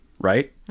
right